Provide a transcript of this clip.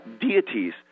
deities